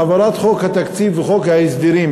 העברת חוק התקציב וחוק ההסדרים,